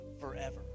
forever